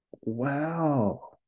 Wow